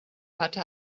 hatte